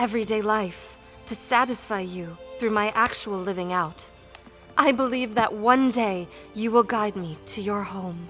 everyday life to satisfy you through my actual living out i believe that one day you will guide me to your home